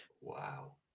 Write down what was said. Wow